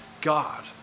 God